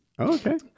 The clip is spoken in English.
Okay